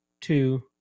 two